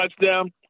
touchdown